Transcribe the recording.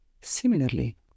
Similarly